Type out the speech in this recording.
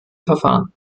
verfahren